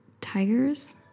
tigers